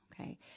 Okay